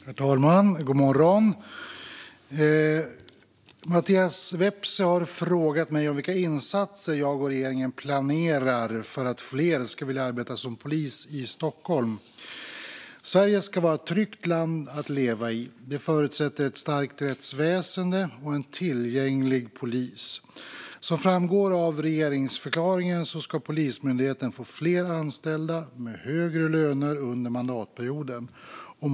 Herr talman! God morgon! Mattias Vepsä har frågat mig vilka insatser jag och regeringen planerar för att fler ska vilja arbeta som polis i Stockholm. Sverige ska vara ett tryggt land att leva i. Det förutsätter ett starkt rättsväsen och tillgängliga poliser. Som framgår av regeringsförklaringen ska Polismyndigheten få fler anställda med högre löner under mandatperioden.